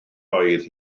oedd